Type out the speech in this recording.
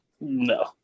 No